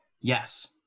Yes